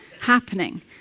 happening